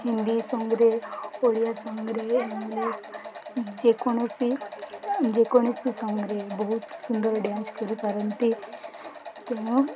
ହିନ୍ଦୀ ସଂଙ୍ଗରେ ଓଡ଼ିଆ ସଂଙ୍ଗରେ ଇଂଲିଶ ଯେକୌଣସି ଯେକୌଣସି ସଂଙ୍ଗରେ ବହୁତ ସୁନ୍ଦର ଡ୍ୟାନ୍ସ କରିପାରନ୍ତି ତେଣୁ